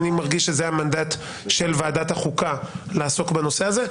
אני מרגיש שזה המנדט של ועדת החוקה לעסוק בנושא הזה.